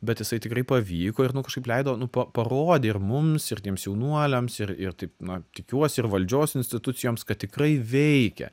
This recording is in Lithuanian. bet jisai tikrai pavyko ir nu kažkaip leido nu pa parodė ir mums ir tiems jaunuoliams ir ir taip na tikiuosi ir valdžios institucijoms kad tikrai veikia